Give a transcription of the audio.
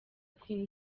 queen